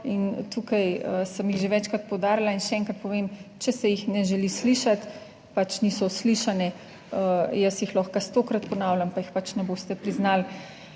tukaj sem jih že večkrat poudarila in še enkrat povem, če se jih ne želi slišati, pač niso uslišane, jaz jih lahko stokrat ponavljam, pa jih pač ne boste priznali.